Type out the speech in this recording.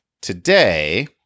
today